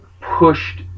pushed